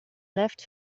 left